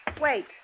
Wait